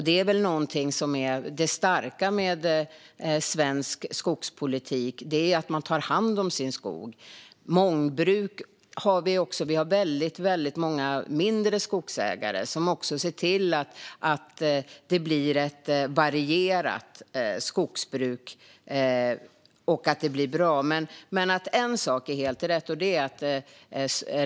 Det är någonting som är det starka med svensk skogspolitik: att man tar hand om sin skog. Mångbruk har vi också, och vi har väldigt många mindre skogsägare som ser till att det blir ett varierat skogsbruk som är bra. Men en sak är helt rätt.